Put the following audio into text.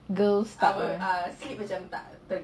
girls